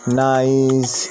nice